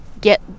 get